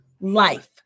life